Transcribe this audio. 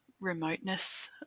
remoteness